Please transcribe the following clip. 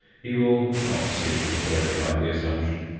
he will not seek to verify the assumption.